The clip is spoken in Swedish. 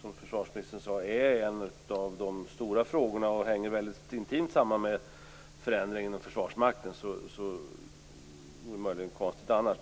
Som försvarsministern sade är detta också en av de stora frågorna och hänger intimt samman med förändringarna inom Försvarsmakten - konstigt vore det väl annars.